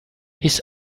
his